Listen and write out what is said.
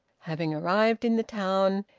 having arrived in the town,